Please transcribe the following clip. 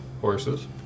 horses